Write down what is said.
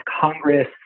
Congress